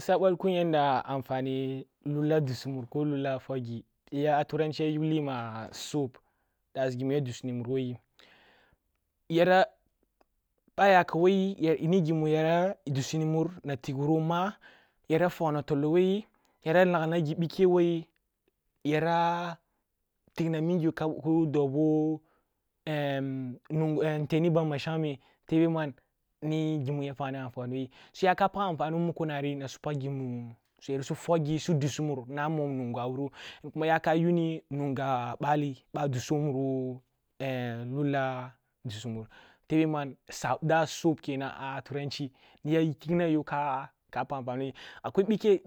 Swa balkun yanda amfane lullah dussumur ko lullah tokghi, ya turanchi ya yuguyi ma soap that’s ghimu ya dussumur wo ghi, yara, bha aya am wo yi, ni ghimu, yara dussinimur na tigh wuru mau, yara fokh na tolo woyi, ya laghna bhikeh woyi, yara tighna migyo kahab khud hob wo nteni bashangmeh tebe man ni ghimu ya pagni amfani woyi, su yaka pagh amfani wo mukori na su paghimu suyet su fokhghi, su dussumur na momnungo awuro kokuma yaka yunni nunga bhali baa dussomur wo lullah dussumur tebe man sab thats soap a turanchi niyi ya tighna yho khakha pagh amfani woyi, akwai bhike